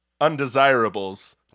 undesirables